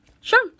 Sure